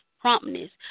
promptness